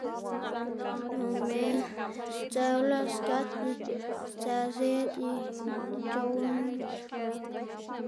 nonga sdzëwu las giat y sdzë zed y c̲h̲owlma.